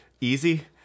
easy